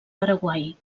paraguai